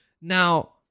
Now